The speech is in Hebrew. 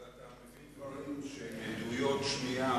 אני לא רוצה אבל אתה מביא דברים שהם עדויות שמיעה,